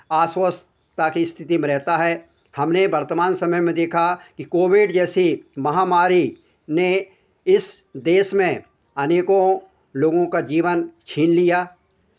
अस्वस्थता की स्थिति में रहता है हमने वर्तमान समय में देखा कि कोविड जैसी महामारी ने इस देश में अनेकों लोगों का जीवन छीन लिया